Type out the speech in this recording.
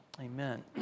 Amen